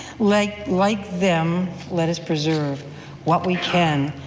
like like them, let us preserve what we can,